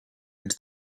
into